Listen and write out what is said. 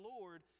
Lord